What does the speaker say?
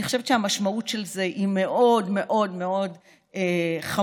אני חושבת שהמשמעות של זה היא מאוד מאוד מאוד חמורה,